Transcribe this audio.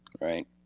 Right